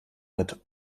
mit